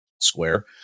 square